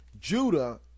Judah